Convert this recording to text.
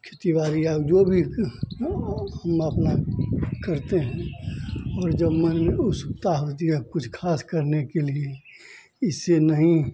खेती बाड़ी या जो भी हम अपना करते हैं और जब मन उत्सुकता होती है कुछ खास करने के लिए इससे नहीं